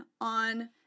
on